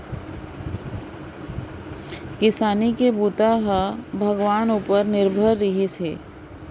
किसानी के बूता ह भगवान उपर निरभर रिहिस हे